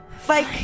fight